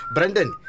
Brandon